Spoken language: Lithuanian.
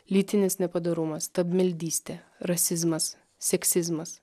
lytinis nepadorumas stabmeldystė rasizmas seksizmas